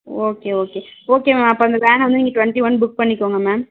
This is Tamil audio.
ஓகே ஓகே ஓகே மேம் அப்போ அந்த வேனை வந்து நீங்கள் டொண்ட்டி ஒன் புக் பண்ணிக்கோங்க மேம்